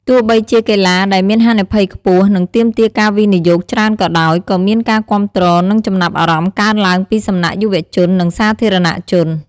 ទោះបីជាជាកីឡាដែលមានហានិភ័យខ្ពស់ និងទាមទារការវិនិយោគច្រើនក៏ដោយ ក៏មានការគាំទ្រ និងចំណាប់អារម្មណ៍កើនឡើងពីសំណាក់យុវជន និងសាធារណជន។